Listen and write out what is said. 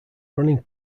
running